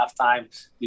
halftime